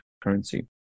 currency